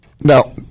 Now